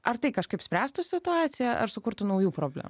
ar tai kažkaip spręstų situaciją ar sukurtų naujų problemų